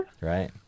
Right